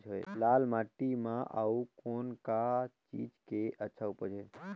लाल माटी म अउ कौन का चीज के अच्छा उपज है?